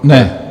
Ne?